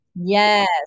Yes